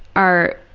are,